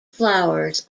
flowers